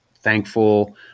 thankful